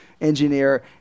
engineer